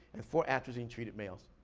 and four atrazine-treated males.